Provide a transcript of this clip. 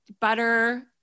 butter